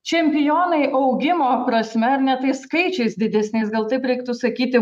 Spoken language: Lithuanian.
čempionai augimo prasme ar ne tai skaičiais didesniais gal taip reiktų sakyti